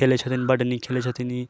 खेलै छथिन बड नीक खेलै छथिन ई